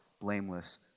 blameless